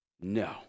No